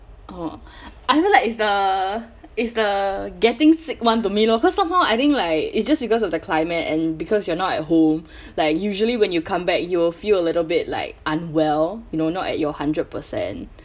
oh I felt like it's the it's the getting sick [one] to me lor cause somehow I think like it's just because of the climate and because you are not at home like usually when you come back you'll feel a little bit like unwell you know not at your hundred percent